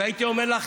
הייתי אומר לך: